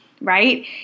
right